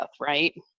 right